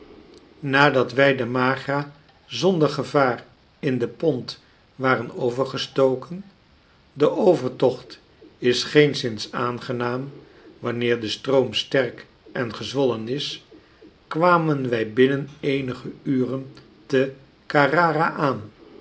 nadat wij de m a g r a zonder gevaar in de pont waren overgestoken de overtocht is geenszins aangenaam wanneer de stroom sterk en gezwollen is kwamen wij binnen eenige uren te carrara aan